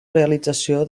realització